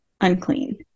Unclean